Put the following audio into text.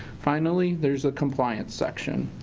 finally, there's a compliance section.